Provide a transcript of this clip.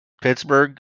Pittsburgh